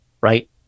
right